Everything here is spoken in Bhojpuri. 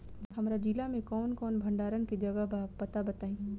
हमरा जिला मे कवन कवन भंडारन के जगहबा पता बताईं?